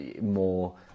more